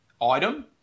item